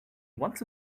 once